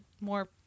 more